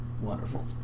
Wonderful